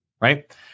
right